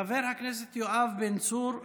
חבר הכנסת יואב בן צור,